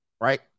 right